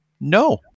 no